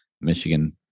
Michigan